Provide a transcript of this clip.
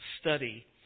study